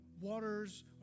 waters